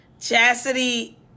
chastity